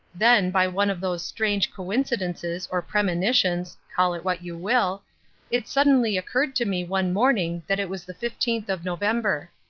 then, by one of those strange coincidences or premonitions call it what you will it suddenly occurred to me one morning that it was the fifteenth of november.